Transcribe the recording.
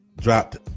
dropped